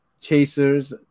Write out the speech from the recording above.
Chasers